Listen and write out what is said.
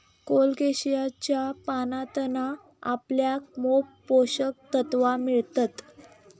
कोलोकेशियाच्या पानांतना आपल्याक मोप पोषक तत्त्वा मिळतत